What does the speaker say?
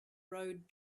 road